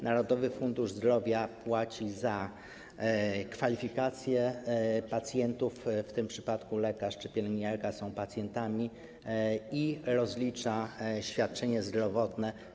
Narodowy Fundusz Zdrowia płaci za kwalifikację pacjentów - w tym przypadku lekarz czy pielęgniarka są pacjentami - i rozlicza świadczenie zdrowotne.